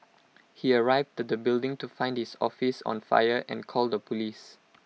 he arrived at the building to find his office on fire and called the Police